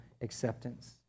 acceptance